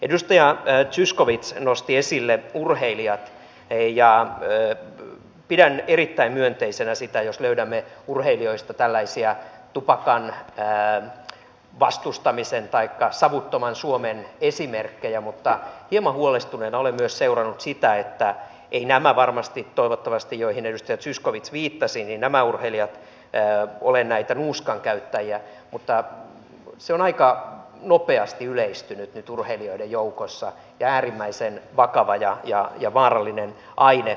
edustaja zyskowicz nosti esille urheilijat ja pidän erittäin myönteisenä sitä jos löydämme urheilijoista tällaisia tupakan vastustamisen taikka savuttoman suomen esimerkkejä mutta hieman huolestuneena olen myös seurannut sitä että nuuska eivät varmasti toivottavasti nämä urheilijat joihin edustaja zyskowicz viittasi ole näitä nuuskan käyttäjiä on aika nopeasti yleistynyt nyt urheilijoiden joukossa ja se on äärimmäisen vakava ja vaarallinen aine